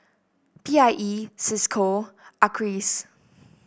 P I E Cisco Acres